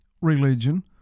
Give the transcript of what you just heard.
religion